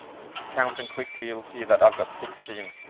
i mean if you count them quickly, you'll see that i've got sixteen.